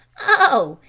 oh,